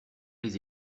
les